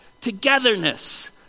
togetherness